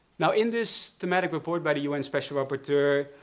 now in this thematic report by the u n. special rapporteur,